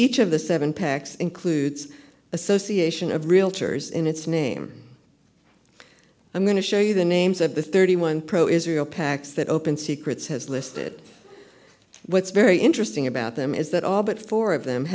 each of the seven pacs includes association of realtors in its name i'm going to show you the names of the thirty one pro israel pacs that open secrets has listed what's very interesting about them is that all but four of them